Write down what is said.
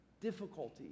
difficulty